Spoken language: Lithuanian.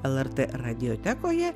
lrt radiotekoje